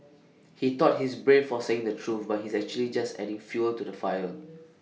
he thought he's brave for saying the truth but he's actually just adding fuel to the fire